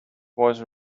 voice